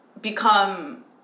become